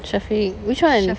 syafiq which one